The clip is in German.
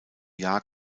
jahr